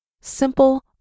simple